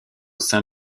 sein